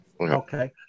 Okay